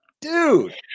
dude